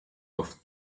auf